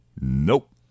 Nope